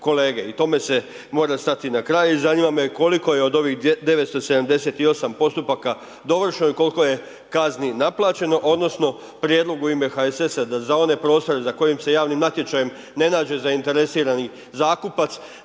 I tome se mora stati na kraj. I zanima me koliko je od ovih 978 postupaka dovršeno i koliko je kazni naplaćeno odnosno prijedlog u ime HSS-a je da za one prostore za koje se javnim natječajem ne nađe zainteresirani zakupac